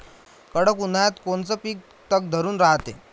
कडक उन्हाळ्यात कोनचं पिकं तग धरून रायते?